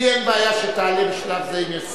לי אין בעיה שתעלה בשלב זה.